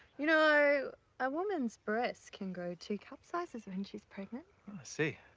you know a woman's breasts can grow two cup sizes when she's pregnant. i see.